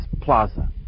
Plaza